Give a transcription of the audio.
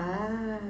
ah